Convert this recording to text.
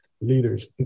leaders